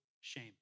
shame